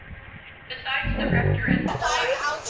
besides the rector and his wife,